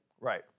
right